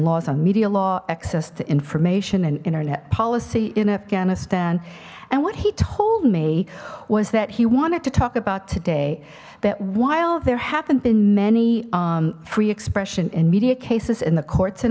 laws on media law access to information and internet policy in afghanistan what he told me was that he wanted to talk about today that while there haven't been many free expression in media cases in the courts in